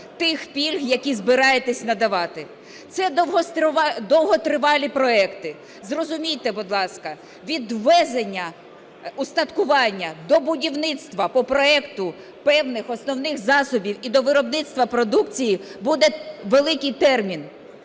тих пільг, які збираєтесь надавати. Це довготривалі проекти. Зрозумійте, будь ласка: від ввезення устаткування до будівництва по проекту певних основних засобів і до виробництва продукції буде великий термін.